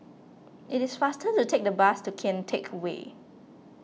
it is faster to take the bus to Kian Teck Way